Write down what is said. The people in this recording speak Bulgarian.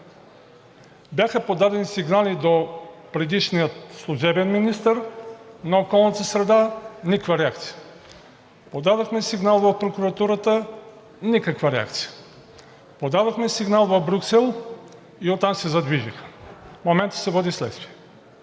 Бяха подадени сигнали до предишния служебен министър на околната среда – никаква реакция. Подадохме сигнал в прокуратурата – никаква реакция. Подадохме сигнал в Брюксел и оттам се задвижиха. В момента се води следствие.